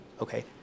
Okay